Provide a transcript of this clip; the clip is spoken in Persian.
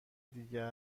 دیگر